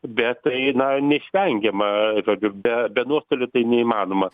bet tai na neišvengiama žodžiu be be nuostolių tai neįmanoma